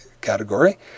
category